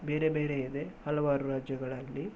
ಬೇರೆ ಬೇರೆ ಇದೆ ಹಲವಾರು ರಾಜ್ಯಗಳಲ್ಲಿ